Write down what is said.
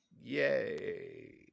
Yay